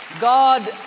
God